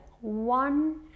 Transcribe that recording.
one